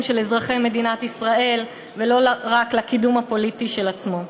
של אזרחי מדינת ישראל ולא רק מהקידום הפוליטי של עצמו.